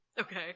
okay